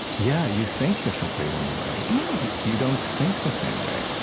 yeah. you think differently when you write yeah you don't think the same way.